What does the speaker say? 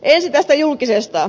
ensin tästä julkisesta